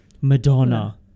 Madonna